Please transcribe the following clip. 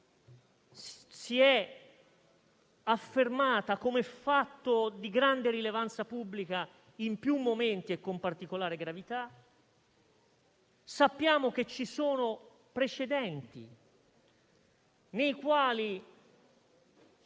si è affermata come fatto di grande rilevanza pubblica in più momenti e con particolare gravità. Sappiamo che ci sono precedenti nei quali